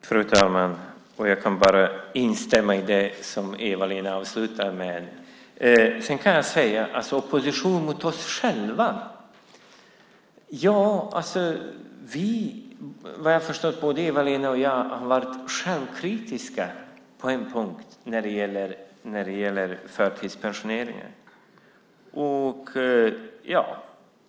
Fru talman! Jag kan bara instämma i det som Eva-Lena avslutade sitt inlägg med. När det gäller opposition mot oss själva kan jag säga att både Eva-Lena och jag varit självkritiska på en punkt, nämligen förtidspensioneringarna.